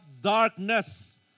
darkness